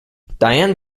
diane